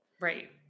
Right